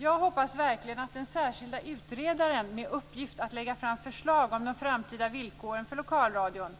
Jag hoppas verkligen att den särskilda utredaren med uppgift att lägga fram förslag om de framtida villkoren för lokalradion